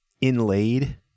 inlaid